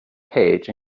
page